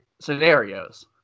scenarios